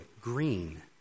green